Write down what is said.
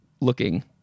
looking